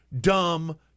dumb